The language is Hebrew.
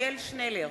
עתניאל שנלר,